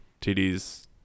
TDs